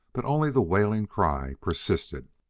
but only the wailing cry persisted.